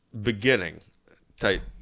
beginning-type